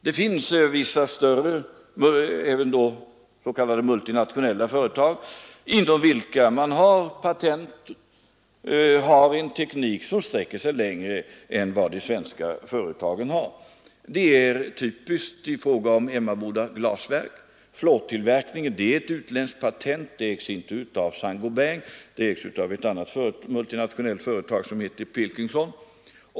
Det finns vissa större — även s.k. multinationella — företag inom vilka man har patent och har en teknik som sträcker sig längre än de svenska företagens. Det är typiskt i fråga om Emmaboda glasverk: floattillverkningen är ett utländskt patent. Detta patent ägs inte av Saint-Gobain utan av ett annat multinationellt företag som heter Pilkington.